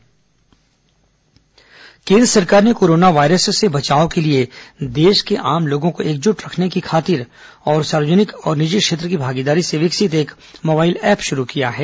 corona mobile app केन्द्र सरकार ने कोरोना वायरस से बचाव के लिए देश के आम लोगों को एकजुट करने की खातिर सार्वजनिक और निजी क्षेत्र की भागीदारी से विकसित एक मोबाइल ऐप शुरु किया है